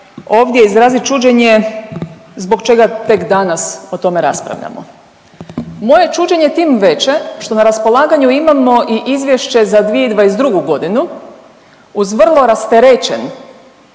ovdje izrazit čuđenje zbog čega tek danas o tome raspravljamo. Moje je čuđenje tim veće što na raspolaganju imamo i izvješće za 2022. godinu uz vrlo rasterećen